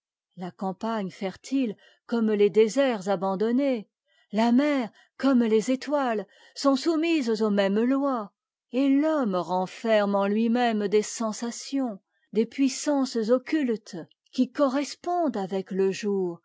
la campagne fertile comme les déserts abandonnés la mer comme les étoiles sont soumises aux mêmes lois et l'homme renferme en lui-même des sensations des puissances occultes qui correspondent avec le jour